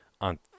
on